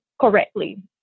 correctly